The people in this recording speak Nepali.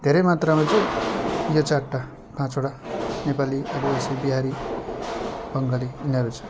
धेरै मात्रमा चाहिँ यो चारवटा पाँचवटा नेपाली बिहारी बङ्गाली यिनीहरू छ